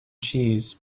cheese